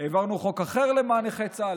העברנו חוק אחר למען נכי צה"ל.